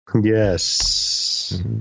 Yes